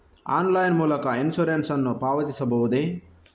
Online ಮೂಲಕ insurance ನ್ನು ಪಾವತಿಸಬಹುದೇ?